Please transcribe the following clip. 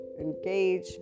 engage